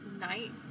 night